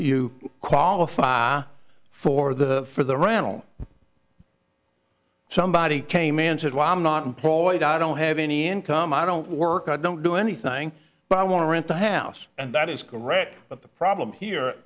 you qualify for the for the randall somebody came and said well i'm not employed i don't have any income i don't work i don't do anything but i want to rent a house and that is correct but the problem here